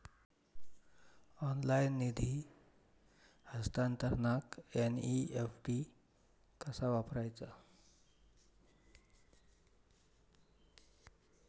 Online निधी हस्तांतरणाक NEFT कसा वापरायचा?